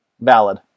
Valid